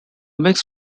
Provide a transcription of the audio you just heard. mix